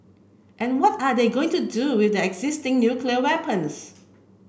and what are they going to do with their existing nuclear weapons